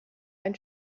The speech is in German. ein